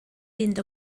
fynd